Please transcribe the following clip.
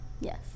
Yes